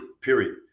Period